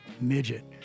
midget